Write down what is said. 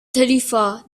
tarifa